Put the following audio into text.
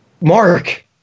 mark